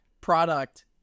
product